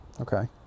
Okay